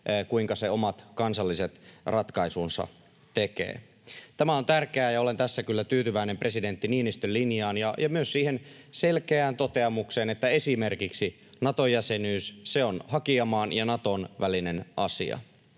kuinka se omat kansalliset ratkaisunsa tekee. Tämä on tärkeää, ja olen tässä kyllä tyytyväinen presidentti Niinistön linjaan ja myös siihen selkeään toteamukseen, että esimerkiksi Nato-jäsenyys on hakijamaan ja Naton välinen asia.